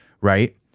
right